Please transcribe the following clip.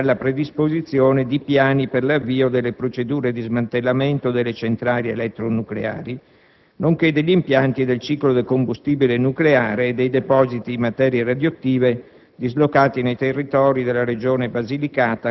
alla messa in sicurezza dei materiali nucleari e alla predisposizione di piani per l'avvio delle procedure di smantellamento delle centrali elettronucleari, nonché degli impianti del ciclo del combustibile nucleare e dei depositi di materie radioattive